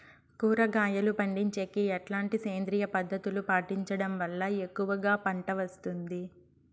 కూరగాయలు పండించేకి ఎట్లాంటి సేంద్రియ పద్ధతులు పాటించడం వల్ల ఎక్కువగా పంట వస్తుంది?